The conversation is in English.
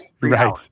Right